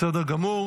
בסדר גמור.